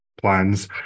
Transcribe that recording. plans